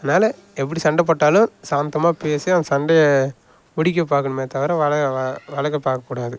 அதனால் எப்படி சண்டை போட்டாலும் சாந்தமா பேசி அந்த சண்டையை முடிக்க பார்க்கணுமே தவிர வளர வளக்க பார்க்க கூடாது